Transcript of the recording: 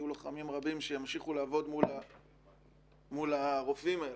יהיו לוחמים רבים שימשיכו לעבוד מול הרופאים האלה.